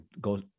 go